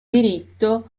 diritto